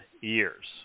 years